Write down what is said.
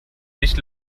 nicht